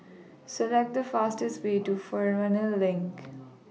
Select The fastest Way to Fernvale LINK